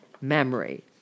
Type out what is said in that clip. memory